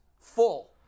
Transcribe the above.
full